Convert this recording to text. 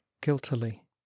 guiltily